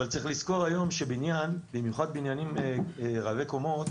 אבל צריך לזכור שבניין במיוחד בניינים רבי קומות